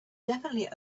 definitely